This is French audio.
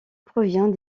provient